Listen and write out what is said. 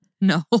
no